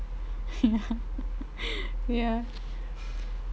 ya ya